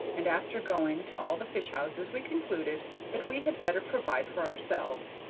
and after going to all the fish-houses we concluded that we had better provide for ourselves.